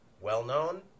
well-known